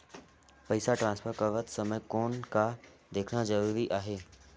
पइसा ट्रांसफर करत समय कौन का देखना ज़रूरी आहे?